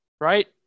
Right